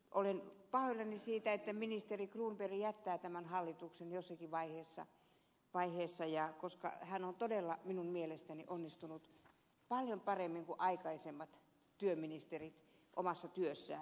olen pahoillani siitä että ministeri cronberg jättää tämän hallituksen jossakin vaiheessa koska hän on todella minun mielestäni onnistunut paljon paremmin kuin aikaisemmat työministerit omassa työssään